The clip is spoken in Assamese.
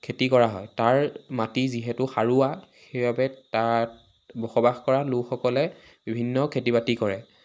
খেতি কৰা হয় তাৰ মাটি যিহেতু সাৰুৱা সেইবাবে তাত বসবাস কৰা লোকসকলে বিভিন্ন খেতি বাতি কৰে